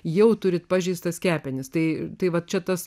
jau turite pažeistas kepenis tai tai va šitas